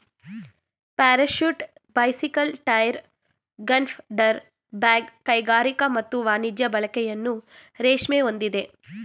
parachute bicycle tyre gunpowder bag ಕೈಗಾರಿಕಾ ಮತ್ತು ವಾಣಿಜ್ಯ ಬಳಕೆಯನ್ನು ರೇಷ್ಮೆ ಹೊಂದಿದೆ